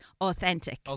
authentic